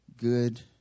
good